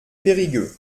périgueux